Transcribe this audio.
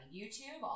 YouTube